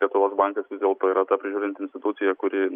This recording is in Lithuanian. lietuvos bankas vis dėlto yra ta apžiūrinti institucija kuri